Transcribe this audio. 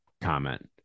comment